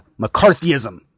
McCarthyism